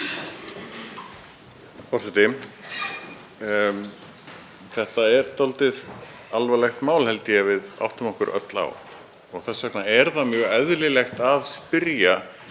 Þetta er dálítið alvarlegt mál, ég held að við áttum okkur öll á því. Þess vegna er mjög eðlilegt að spyrja: